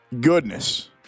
goodness